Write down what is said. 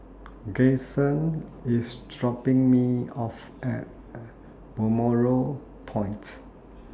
IS dropping Me off At Balmoral Point